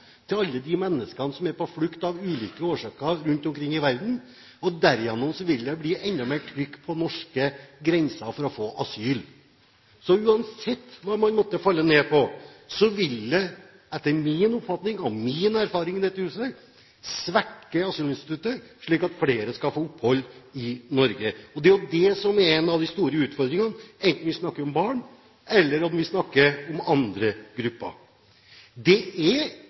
til alle de menneskene som er på flukt av ulike årsaker rundt omkring i verden, og derigjennom vil det bli enda mer trykk på norske grenser for å få asyl. Så uansett hva man måtte falle ned på, vil det etter min oppfatning og min erfaring i dette huset svekke asylinstituttet, slik at flere får opphold i Norge. Det er det som er en av de store utfordringene enten vi snakker om barn eller vi snakker om andre grupper. Det er